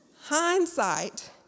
Hindsight